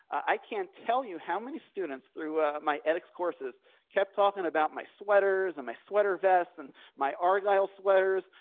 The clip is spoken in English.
i can't tell you how many students through my ethics courses kept talking about my sweaters and my sweater vest and my argyle sweaters.